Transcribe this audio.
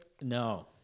No